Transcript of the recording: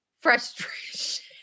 frustration